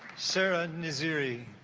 sarah missouri